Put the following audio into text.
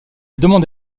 demande